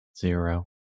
Zero